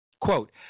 Quote